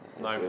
no